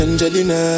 Angelina